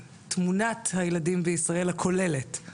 תמונת הילדים הכוללת בישראל,